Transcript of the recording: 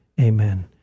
Amen